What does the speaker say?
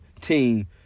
team